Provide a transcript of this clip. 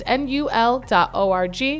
nul.org